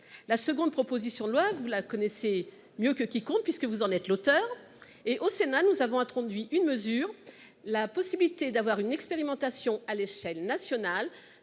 la seconde proposition de loi, vous la connaissez mieux que quiconque, puisque vous en êtes l’auteur. Au Sénat, nous avons introduit la possibilité de mener une expérimentation à l’échelle nationale